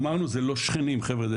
אמרנו זה לא שכנים חבר'ה,